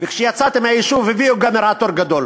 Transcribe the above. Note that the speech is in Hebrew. וכשיצאתי מהיישוב הביאו גנרטור גדול